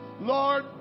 Lord